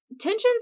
tensions